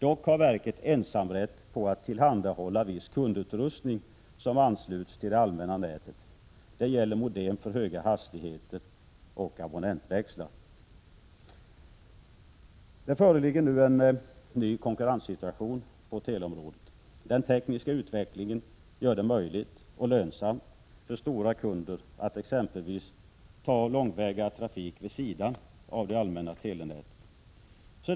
Dock har televerket ensamrätt på att tillhandahålla viss kundutrustning som ansluts till det allmänna nätet. Detta gäller modem för höga hastigheter och abonnentväxlar. Det föreligger nu en ny konkurrenssituation på teleområdet. Den tekniska utvecklingen gör det möjligt och lönsamt för stora kunder att exempelvis ta långväga trafik vid sidan av det allmänna telenätet.